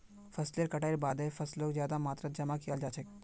फसलेर कटाईर बादे फैसलक ज्यादा मात्रात जमा कियाल जा छे